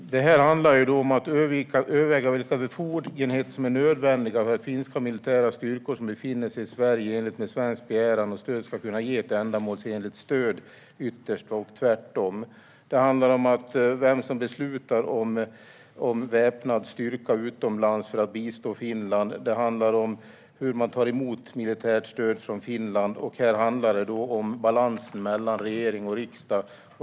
Herr talman! Detta handlar ytterst om att överväga vilka befogenheter som är nödvändiga för att finska militära styrkor som befinner sig i Sverige enligt en svensk begäran om stöd ska kunna ge ett ändamålsenligt stöd, och tvärtom. Det handlar om vem som beslutar om väpnad styrka utomlands för att bistå Finland, om hur man tar emot militärt stöd från Finland och om balansen mellan regering och riksdag.